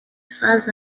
faz